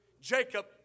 Jacob